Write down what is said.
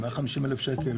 150,000 שקל,